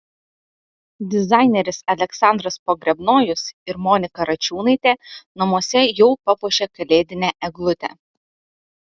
dizaineris aleksandras pogrebnojus ir monika račiūnaitė namuose jau papuošė kalėdinę eglutę